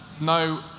no